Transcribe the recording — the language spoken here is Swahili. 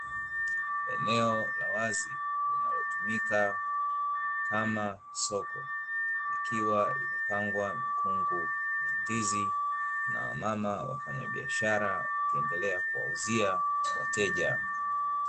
Eneo la wazi linalotumika kama soko likiwa limepangwa mikungu ya ndizi, na mama wafanya biashara wakiendelea kuwauzia wateja.